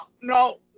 no